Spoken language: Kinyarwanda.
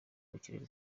ubukire